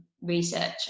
research